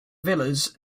villas